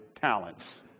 talents